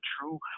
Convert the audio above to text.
true